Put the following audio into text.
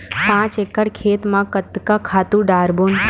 पांच एकड़ खेत म कतका खातु डारबोन?